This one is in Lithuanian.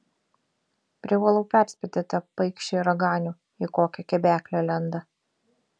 privalau perspėti tą paikšį raganių į kokią kebeknę lenda